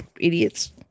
Idiots